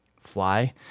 fly